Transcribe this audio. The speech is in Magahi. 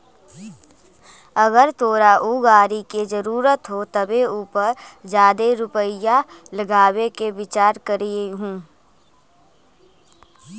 अगर तोरा ऊ गाड़ी के जरूरत हो तबे उ पर जादे रुपईया लगाबे के विचार करीयहूं